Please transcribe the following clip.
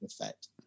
effect